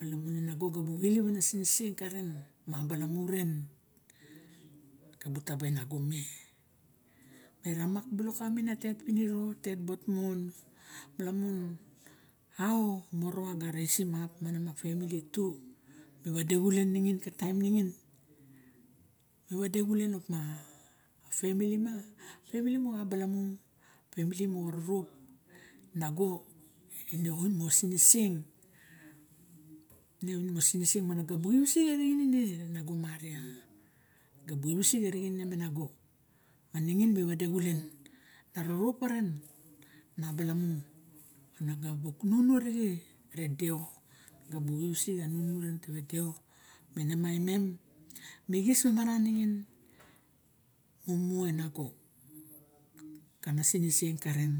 malamun e nago buxe elep a siniseng karen, ma a balamu ren ga ba tabe a nago me. Ma ramak bilok, kava ine ma tet piniro, a tet bot mon. lamun how moroa ge reisim up manima femili to. Mi vede xulen ningen ka taim ningin, mi vede xulen op ma, a femili ma, a femili moxa balamu, femili moxa rurup. Nago ine a oin moxa siniseng, ine oin moxa siniseng, ma na ga bu isik arixen ine nago maria, ga bu isik arixen me nago, ma ningin mi vade xulen, arorop karen me balamu. Ana ga buk nunu arixe ra deo, ga buk isik ra nunuren tava deo, me ne ma imem mi xis mamaran ningin, mumu e nago kana siniseng karen.